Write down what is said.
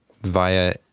via